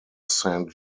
saint